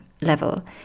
level